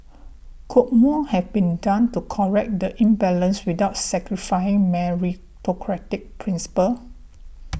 could more have been done to correct the imbalance without sacrificing meritocratic principles